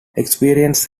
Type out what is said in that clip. experience